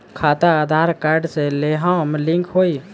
खाता आधार कार्ड से लेहम लिंक होई?